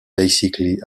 basically